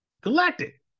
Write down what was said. Galactic